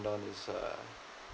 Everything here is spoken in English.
on is uh